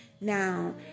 now